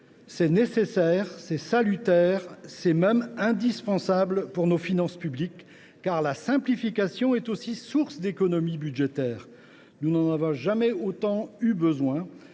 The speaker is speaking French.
C’est nécessaire, c’est salutaire, c’est même indispensable pour nos finances publiques, car la simplification est aussi source d’économies budgétaires. Nous n’en avons jamais autant eu besoin